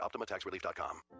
OptimaTaxRelief.com